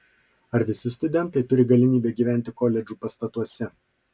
ar visi studentai turi galimybę gyventi koledžų pastatuose